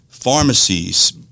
pharmacies